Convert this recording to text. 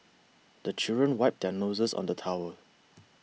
the children wipe their noses on the towel